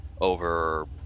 over